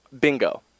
Bingo